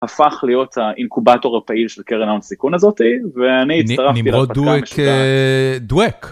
הפך להיות אינקובטור הפעיל של קרן הון סיכון הזאתי ואני הצטרפתי נמרדו את דווק.